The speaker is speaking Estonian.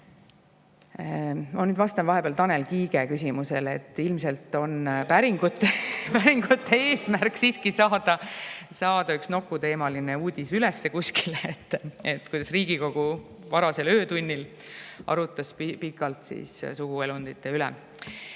Ma nüüd vastan vahepeal Tanel Kiige küsimusele, et ilmselt on päringute eesmärk siiski saada üles kuskile üks noku-teemaline uudis, kuidas Riigikogu varasel öötunnil arutas pikalt suguelundite üle.